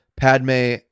padme